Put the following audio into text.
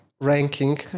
ranking